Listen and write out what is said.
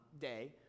day